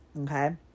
okay